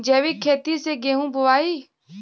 जैविक खेती से गेहूँ बोवाई